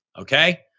okay